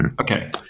Okay